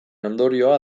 ondorioa